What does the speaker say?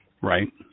right